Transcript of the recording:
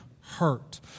hurt